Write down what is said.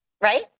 Right